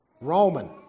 Roman